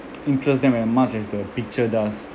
interest them as much as the picture does